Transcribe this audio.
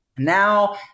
Now